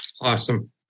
Awesome